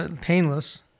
painless